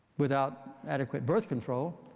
without adequate birth control,